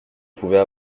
pouvait